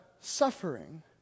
suffering